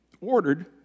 ordered